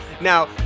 Now